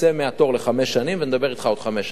תצא מהתור לחמש שנים ונדבר אתך בעוד חמש שנים,